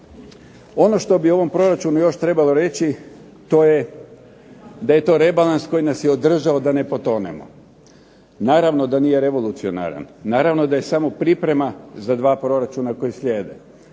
Ono što bi o ovom proračunu još trebalo reći to je da je to rebalans koji nas je održao da ne potonemo. Naravno da nije revolucionaran, naravno da je samo priprema za dva proračuna koji slijede.